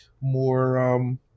more